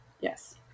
Yes